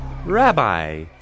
Rabbi